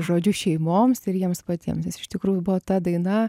žodžiu šeimoms ir jiems patiems nes iš tikrųjų buvo ta daina